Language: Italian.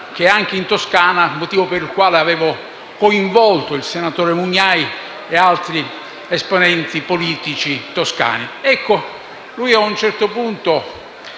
sia in Toscana (motivo per il quale avevo coinvolto il senatore Mugnai e altri esponenti politici toscani).